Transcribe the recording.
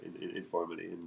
informally